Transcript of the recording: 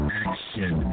action